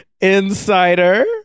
Insider